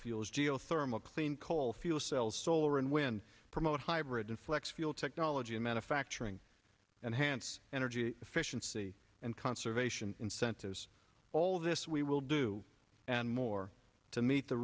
uels geothermal clean coal fuel cells solar and wind promote hybrid and flex fuel technology manufacturing and hand energy efficiency and conservation incentives all of this we will do and more to meet the